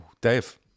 Dave